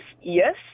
yes